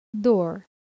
Door